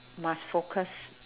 must focus